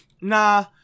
Nah